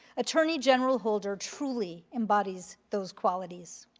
attorney general holder truly embodies those qualities.